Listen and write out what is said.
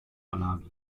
malawi